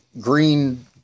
green